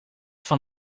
van